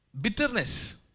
bitterness